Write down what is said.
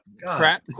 Crap